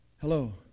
Hello